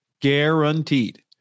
guaranteed